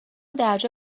درجا